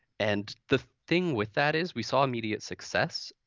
and the thing with that is we saw immediate success